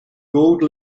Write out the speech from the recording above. gold